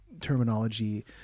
terminology